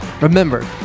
Remember